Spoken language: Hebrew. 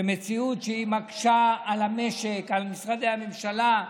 זו מציאות שמקשה על המשק, על משרדי הממשלה,